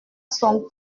son